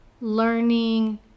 learning